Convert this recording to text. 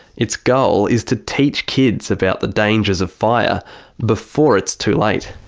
its goal is to teach kids about the dangers of fire before it's too late.